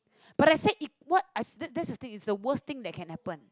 but I said it what I that's the thing it's the worst thing that can happen